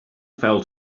fell